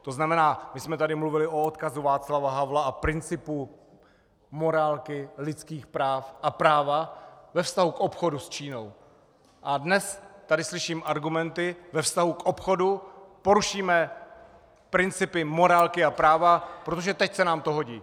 To znamená, my jsme tady mluvili o odkazu Václava Havla a principu morálky, lidských práv a práva ve vztahu k obchodu s Čínou, a dnes tady slyšíme argumenty ve vztahu k obchodu porušíme principy morálky a práva, protože teď se nám to prostě hodí!